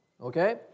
okay